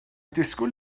disgwyl